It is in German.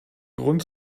grund